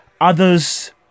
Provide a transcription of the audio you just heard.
Others